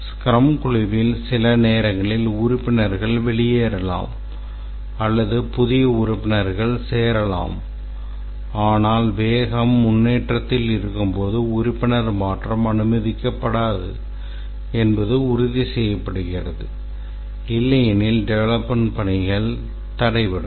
scrum குழுவில் சில நேரங்களில் உறுப்பினர்கள் வெளியேறலாம் அல்லது புதிய உறுப்பினர்கள் சேரலாம் ஆனால் வேகம் முன்னேற்றத்தில் இருக்கும்போது உறுப்பினர் மாற்றம் அனுமதிக்கப்படாது என்பது உறுதி செய்யப்படுகிறது இல்லையெனில் டெவெலப்மெண்ட் பணிகள் தடைபடும்